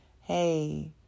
Hey